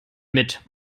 mit